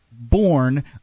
born